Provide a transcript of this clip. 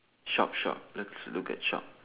shop shop let's look at shop